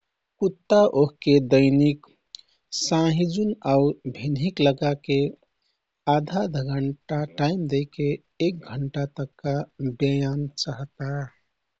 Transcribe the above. कुत्ता ओहके दैनिक साँहिजुन आउ भिन्हिक लगाके आधा आधा घण्टा टाइम दैके एक घण्टा तक्का व्यायाम चहता।